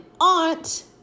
aunt